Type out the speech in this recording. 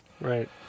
right